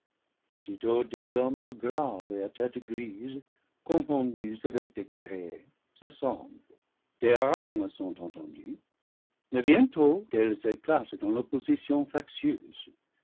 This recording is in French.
des hommes graves et à tête grise confondus avec des guerriers s'assemblent des harangues sont entendues mais bientôt elles éclatent en opposition